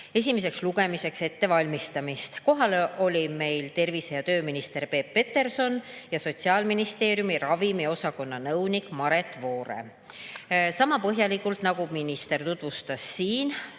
esimeseks lugemiseks ette valmistada. Kohal olid meil tervise- ja tööminister Peep Peterson ja Sotsiaalministeeriumi ravimiosakonna nõunik Maret Voore. Sama põhjalikult nagu minister tutvustas seda